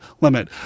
limit